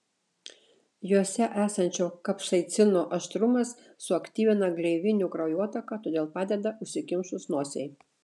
jose esančio kapsaicino aštrumas suaktyvina gleivinių kraujotaką todėl padeda užsikimšus nosiai